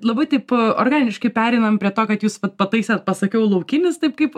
labai taip organiškai pereinam prie to kad jūs vat pataisėt pasakiau laukinis taip kaip